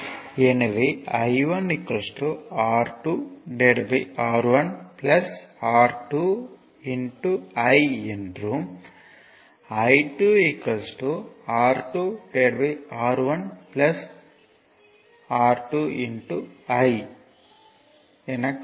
எனவே I1 R2R1 R2 I என்றும் I2 R2R1 R2 I என கிடைக்கும்